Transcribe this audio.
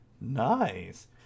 Nice